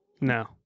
No